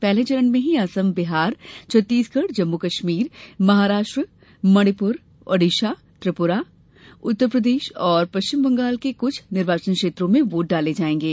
पहले चरण में ही असम बिहार छत्तीसगढ़ जम्मू कश्मीर महाराष्ट्र मणिपुर ओडिसा त्रिपुरा उत्तर प्रदेश और पश्चिम बंगाल के कुछ निर्वाचन क्षेत्रो में वोट डाले जायेंगे